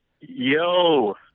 Yo